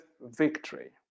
victory